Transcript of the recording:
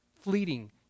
fleeting